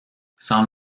sans